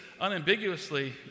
unambiguously